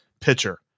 pitcher